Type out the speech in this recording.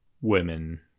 women